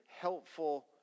helpful